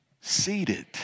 seated